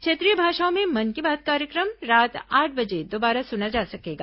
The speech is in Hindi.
क्षेत्रीय भाषाओं में मन की बात कार्यक्रम रात आठ बजे दोबारा सुना जा सकेगा